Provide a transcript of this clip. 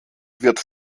wird